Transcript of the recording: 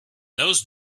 those